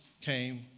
came